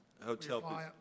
Hotel